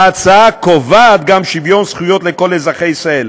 ההצעה קובעת גם שוויון זכויות לכל אזרחי ישראל.